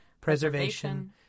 preservation